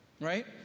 Right